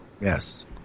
Yes